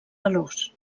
veloç